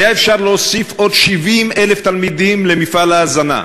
היה אפשר להוסיף עוד 70,000 תלמידים למפעל ההזנה,